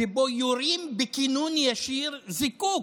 שבו יורים בכיוון ישיר זיקוק,